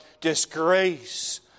disgrace